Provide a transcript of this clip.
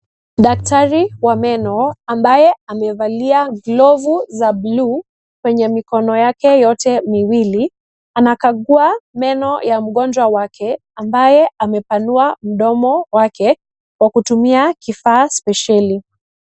Daktari wa meno ambaye amevalia glovu za bluu, kwenye mikono yake yote miwili, anakagua meno ya mgonjwa wake, ambaye amepanua mdomo wake, kwa kutumia kifaa spesheli.